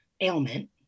ailment